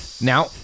Now